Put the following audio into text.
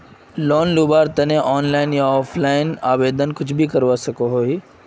Loan लुबार आवेदन online या ऑफलाइन कुछ भी करवा सकोहो ही?